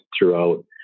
throughout